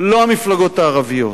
לא המפלגות הערביות,